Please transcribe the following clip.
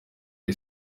iyi